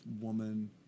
woman